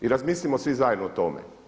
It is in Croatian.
I razmislimo svi zajedno o tome.